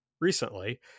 recently